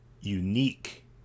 unique